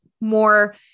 more